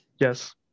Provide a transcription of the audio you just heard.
Yes